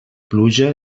pluja